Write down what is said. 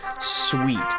Sweet